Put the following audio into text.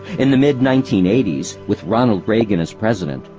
in the mid nineteen eighty s, with ronald reagan as president,